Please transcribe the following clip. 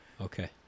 okay